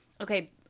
okay